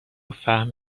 فهم